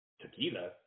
Tequila